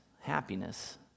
happiness